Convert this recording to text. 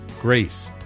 grace